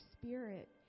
spirit